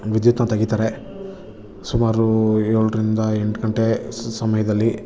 ವಿದ್ಯುತ್ತನ್ನ ತೆಗಿತಾರೆ ಸುಮಾರು ಏಳರಿಂದ ಎಂಟು ಗಂಟೆ ಸಮಯದಲ್ಲಿ